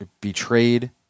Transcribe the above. betrayed